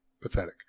pathetic